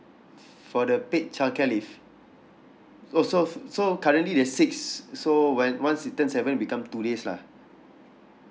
for the paid childcare leave oh so so currently there's six so when once he turn seven become two days lah